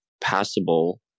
passable